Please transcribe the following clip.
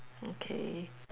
okay